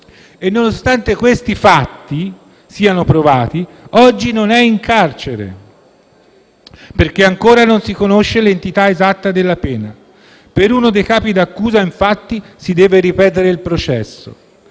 Nonostante questi fatti siano provati, oggi non è in carcere, perché ancora non si conosce l'entità esatta della pena. Per uno dei capi d'accusa, infatti, si deve ripetere il processo.